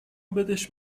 بدش